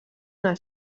una